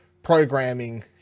programming